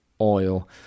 oil